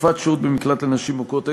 תקופת שהות במקלט לנשים מוכות),